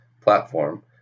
platform